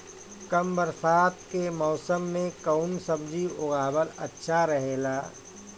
कम बरसात के मौसम में कउन सब्जी उगावल अच्छा रहेला?